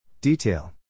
Detail